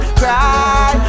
cry